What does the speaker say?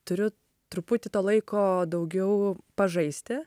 turiu truputį to laiko daugiau pažaisti